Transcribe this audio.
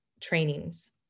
trainings